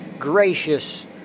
gracious